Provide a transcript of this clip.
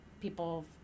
people